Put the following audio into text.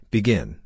Begin